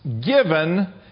given